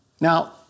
Now